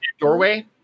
doorway